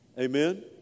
amen